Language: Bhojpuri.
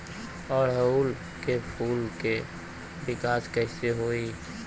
ओड़ुउल के फूल के विकास कैसे होई?